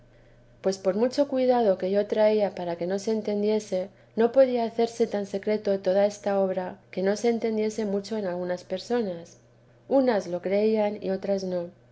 pues por mucho cuidado que yo traía para que no se entendiese no podía hacerse tan secreta toda esta obra que no se entendiese mucho en algunas personas unas lo creían y otras no